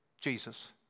Jesus